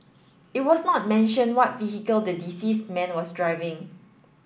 it was not mentioned what vehicle the deceased man was driving